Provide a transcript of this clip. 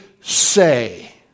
say